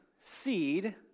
seed